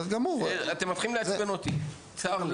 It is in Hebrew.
אתם מתחילים לעצבן אותי, צר לי.